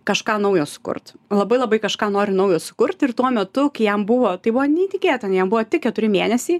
kažką naujo sukurt labai labai kažką noriu naujo sukurt ir tuo metu kai jam buvo tai buvo neįtikėtina jam buvo tik keturi mėnesiai